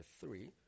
three